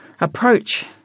approach